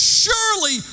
surely